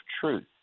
truth